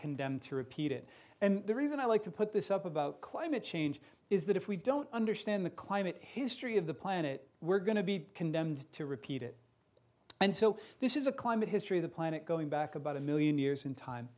condemned to repeat it and the reason i like to put this up about climate change is that if we don't understand the climate history of the planet we're going to be condemned to repeat it and so this is a climate history of the planet going back about a million years in time